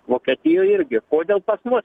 vokietijoj irgi kodėl pas mus